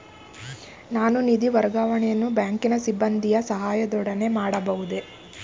ನಾನು ನಿಧಿ ವರ್ಗಾವಣೆಯನ್ನು ಬ್ಯಾಂಕಿನ ಸಿಬ್ಬಂದಿಯ ಸಹಾಯದೊಡನೆ ಮಾಡಬಹುದೇ?